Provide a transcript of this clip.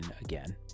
again